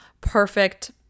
perfect